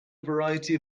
variety